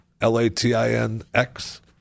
L-A-T-I-N-X